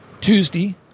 Tuesday